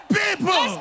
people